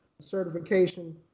certification